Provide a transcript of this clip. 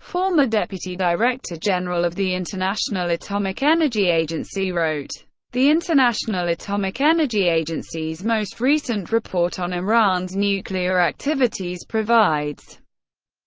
former deputy director general of the international atomic energy agency, wrote the international atomic energy agency's most recent report on iran's nuclear activities provides